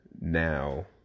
now